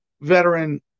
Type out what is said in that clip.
veteran